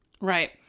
Right